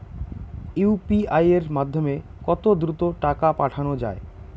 UPI এর মাধ্যমে কত দ্রুত টাকা পাঠানো যায়?